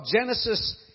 Genesis